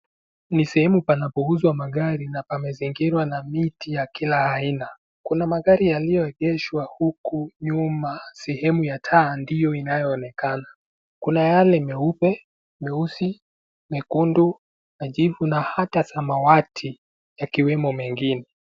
Ni sehemu panapouzwa magari na pamezingirwa na miti ya kila aina. Kuna magari yaliyo egeshwa huku nyuma sehemu ya taa ndio yanayoonekana. Kuna yale meupe, meusi, mekundu, jivu na hata samawati yakiwemo mengine.